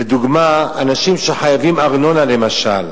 לדוגמה, אנשים שחייבים ארנונה, למשל,